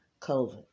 COVID